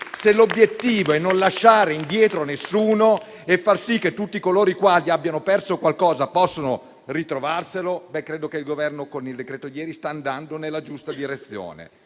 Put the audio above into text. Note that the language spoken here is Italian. se l'obiettivo è non lasciare indietro nessuno e fare in modo che tutti coloro i quali abbiano perso qualcosa possano ritrovarlo, il Governo con il decreto di ieri sta andando nella giusta direzione.